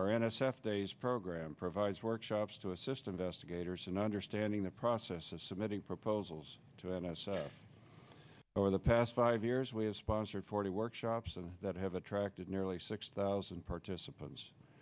half days program provides workshops to assist investigators in understanding the process of submitting proposals to n s f over the past five years we have sponsored forty workshops and that have attracted nearly six thousand participants